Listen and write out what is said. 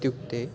इत्युक्ते